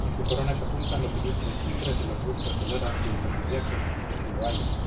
en su corona se juntan los ilustres timbres de los bustos de lara y de los idiáquez y loaysa